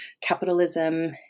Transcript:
capitalism